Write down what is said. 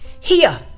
Here